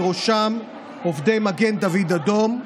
ובראשם עובדי מגן דוד אדום,